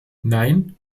nein